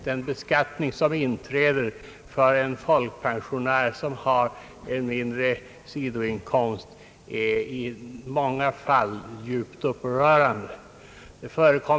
Den beskattning som inträder för en folkpensionär, som har en mindre sidoinkomst, är i många fall djupt upprörande.